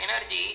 energy